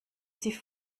sie